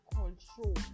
control